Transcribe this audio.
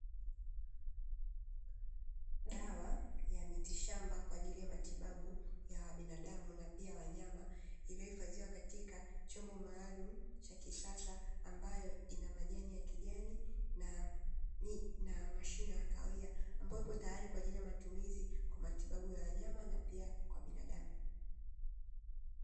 Dawa ya miti shamba kwaajili ya matibabu ya binadamu na pia wanyama iliyohifadhiwa katika chombo maalumu cha kisasa, ambayo ina majani ya kijani na mashina ya kahawia, ambayo ipo tayari kwaajili ya matumizi kwa matibabu ya wanyama na pia kwa binadamu.